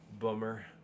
bummer